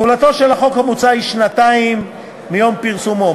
תחילתו של החוק המוצע היא שנתיים מיום פרסומו.